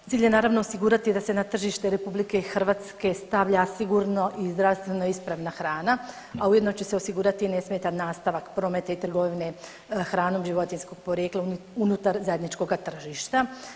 Cilj je naravno osigurati da se na tržište RH stavlja sigurno i zdravstveno ispravna hrana, a ujedno će se osigurati nesmetan nastavak prometa i trgovine hranom životinjskog porijekla unutar zajedničkog tržišta.